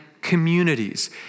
communities